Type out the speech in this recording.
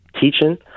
teaching